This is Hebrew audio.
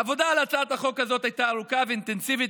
העבודה על הצעת החוק הזאת הייתה ארוכה ואינטנסיבית